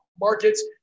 markets